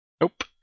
Nope